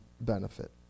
benefit